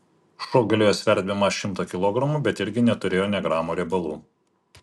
šuo galėjo sverti bemaž šimtą kilogramų bet irgi neturėjo nė gramo riebalų